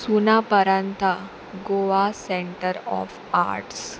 Sunaparanta Goa centre of arts